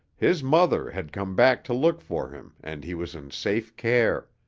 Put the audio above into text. his mother had come back to look for him and he was in safe care.